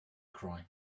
cry